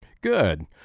Good